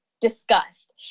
discussed